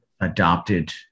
adopted